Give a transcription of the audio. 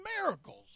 miracles